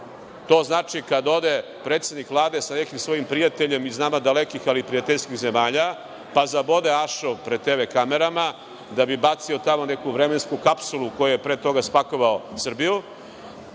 To znači kada ode predsednik Vlade sa nekim svojim prijateljem iz nama dalekih, ali prijateljskih zemalja, pa zabode ašov pred TV kamerama da bi bacio tamo neku vremensku kapsulu u koju je pre toga spakovao Srbiju,